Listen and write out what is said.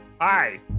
hi